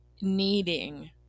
needing